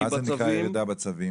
כי בצווים -- מה נקרא "ירידה בצווים"?